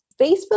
Facebook